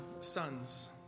sons